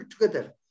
together